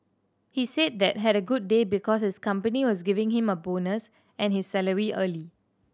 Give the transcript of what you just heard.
he said that had a good day because his company was giving him a bonus and his salary early